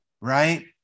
Right